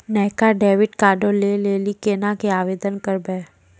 नयका डेबिट कार्डो लै लेली केना के आवेदन करबै?